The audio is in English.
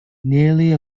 nearly